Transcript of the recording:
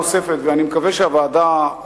ואני מקווה שהוועדה,